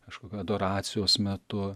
kažkokio adoracijos metu